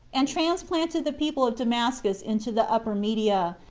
and transplanted the people of damascus into the upper media,